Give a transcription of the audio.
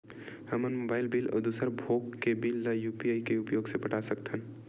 हमन mobile bill अउ दूसर भोग के बिल ला यू.पी.आई के उपयोग से पटा सकथन